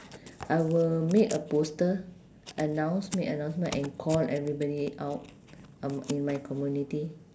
I will make a poster and announce make announcement and call everybody out um in my community